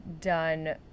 done